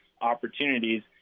opportunities